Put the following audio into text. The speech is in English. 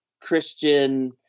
Christian